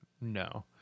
No